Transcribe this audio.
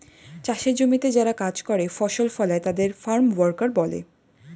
চাষের জমিতে যারা কাজ করে, ফসল ফলায় তাদের ফার্ম ওয়ার্কার বলে